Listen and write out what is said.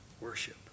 worship